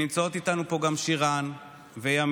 נמצאות איתנו פה גם שירן וימית,